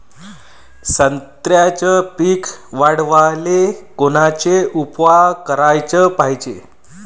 संत्र्याचं पीक वाढवाले कोनचे उपाव कराच पायजे?